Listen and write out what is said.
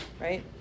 right